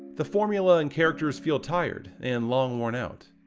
the formula and characters feel tired, and long worn-out.